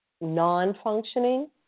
non-functioning